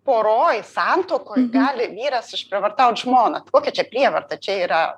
poroj santuokoj gali vyras išprievartaut žmoną kokia čia prievarta čia yra